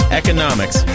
economics